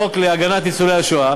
חוק להגנת ניצולי השואה.